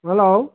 hello